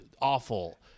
awful